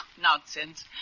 Nonsense